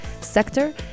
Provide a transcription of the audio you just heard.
sector